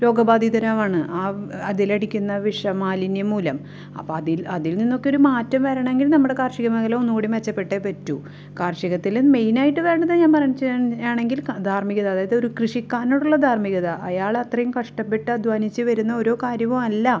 രോഗ ബാധിതരാണ് ആ അതിലടിക്കുന്ന വിഷ മാലിന്യം മൂലം അപ്പോൾ അതിൽ അതിൽ നിന്നൊക്കെയൊരു മാറ്റം വരണമെങ്കിൽ നമ്മുടെ കാർഷിക മേഖല ഒന്നു കൂടി മെച്ചപ്പെട്ടേ പറ്റൂ കാർഷികത്തിൽ മെയിനായിട്ട് വരണത് ഞാൻ പറഞ്ഞേച്ചാൽ ആണെങ്കിൽ ധാർമ്മികത അതായതൊരു കൃഷിക്കാരനോടുള്ള ധാർമ്മികത അയാളത്രയും കഷ്ടപ്പെട്ടദ്ധ്വാനിച്ച് വരുന്ന ഓരോ കാര്യവും അല്ല